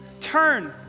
Turn